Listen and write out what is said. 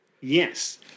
Yes